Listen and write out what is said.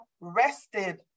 rested